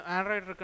Android